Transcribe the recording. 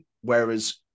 whereas